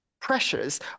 pressures